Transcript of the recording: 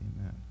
Amen